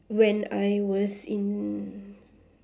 when I was in